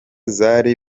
zari